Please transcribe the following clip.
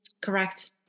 correct